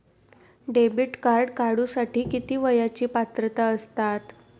Debit card काढूसाठी किती वयाची पात्रता असतात?